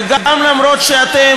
וגם למרות שאתם,